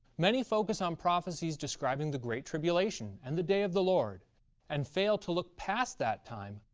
many focus on prophecies describing the great tribulation and the day of the lord and fail to look past that time,